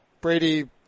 Brady